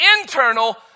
internal